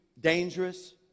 dangerous